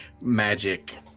Magic